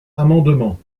amendement